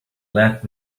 left